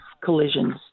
collisions